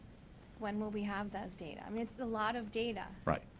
when will we have that data? i mean it's a lot of data. right.